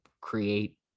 create